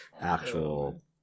actual